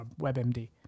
WebMD